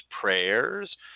prayers